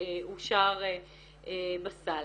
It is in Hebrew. שאושר בסל.